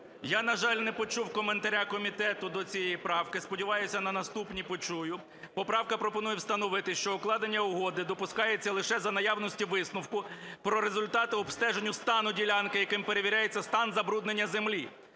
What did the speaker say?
Я, на жаль, не почув коментаря комітету до цієї правки. Сподіваюсь, на наступні почую. Поправка пропонує встановити, що укладення угоди допускається лише за наявності висновку про результати обстеження стану ділянки, яким перевіряється стан забруднення землі.